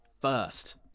first